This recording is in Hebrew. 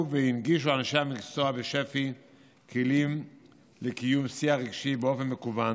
אנשי המקצוע בשפ"י פיתחו והנגישו כלים לקיום שיח רגשי באופן מקוון